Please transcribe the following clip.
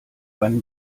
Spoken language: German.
wann